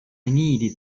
needed